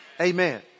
Amen